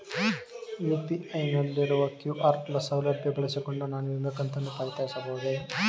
UPI ನಲ್ಲಿರುವ QR ಸೌಲಭ್ಯ ಬಳಸಿಕೊಂಡು ನಾನು ವಿಮೆ ಕಂತನ್ನು ಪಾವತಿಸಬಹುದೇ?